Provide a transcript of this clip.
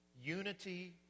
Unity